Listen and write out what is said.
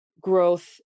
growth